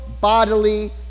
bodily